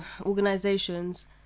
organizations